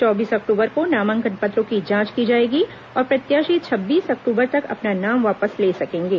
चौबीस अक्टूबर को नामांकन पत्रों की जांच की जाएगी और प्रत्याशी छब्बीस अक्टूबर तक अपना नाम वापस ले सकेंगे